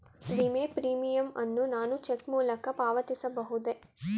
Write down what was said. ವಿಮೆ ಪ್ರೀಮಿಯಂ ಅನ್ನು ನಾನು ಚೆಕ್ ಮೂಲಕ ಪಾವತಿಸಬಹುದೇ?